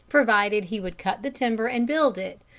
provided he would cut the timber and build it,